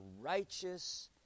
righteous